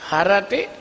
Harati